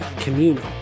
communal